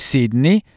Sydney